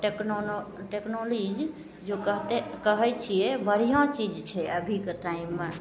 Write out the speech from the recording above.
टेक्नोनोनो technologies जो कहते कहै छिए बढ़िआँ चीज छै अभीके टाइममे